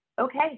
okay